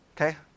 Okay